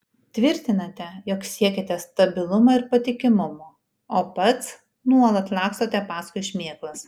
tvirtinate jog siekiate stabilumo ir patikimumo o pats nuolat lakstote paskui šmėklas